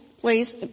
please